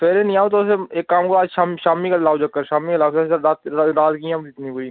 सवेरे निं आओ तुस इक कम्म करो अज्ज शामीं शामीं गै लाओ चक्कर शामीं लै औह्गे तुस रात निं ता रात कि'यां कट्टनी पूरी